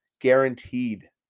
Guaranteed